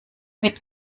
mit